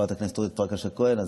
וחברת הכנסת אורית פרקש הכהן,